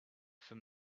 for